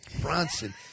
Bronson